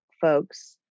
folks